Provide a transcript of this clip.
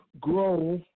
Grow